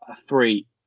three